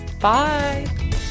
bye